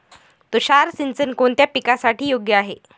तुषार सिंचन कोणत्या पिकासाठी योग्य आहे?